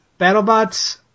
BattleBots